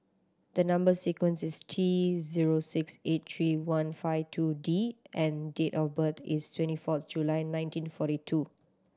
the number sequence is T zero six eight three one five two D and date of birth is twenty fourth July nineteen forty two